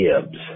Gibbs